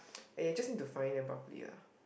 !aiya! just need to find them properly ah